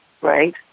Right